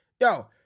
Yo